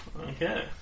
Okay